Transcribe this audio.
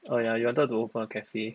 oh ya you wanted to open a cafe